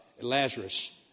Lazarus